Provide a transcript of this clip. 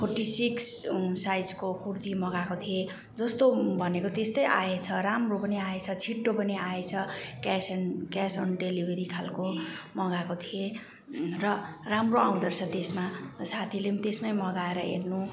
forty six साइजको कुर्ती मगाएको थिएँ जस्तो भनेको त्यस्तै आएछ राम्रो पनि आएछ छिट्टो पनि आएछ cash and cash on delivery खालको मगाएको थिएँ र राम्रो आउँदोरहेछ त्यसमा साथीले पनि त्यसमै मगाएर हेर्नु